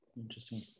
Interesting